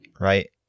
right